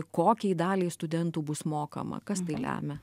kokiai daliai studentų bus mokama kas tai lemia